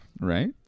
right